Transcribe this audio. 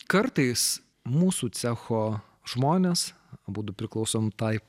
kartais mūsų cecho žmonės abudu priklausoe tai